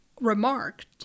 remarked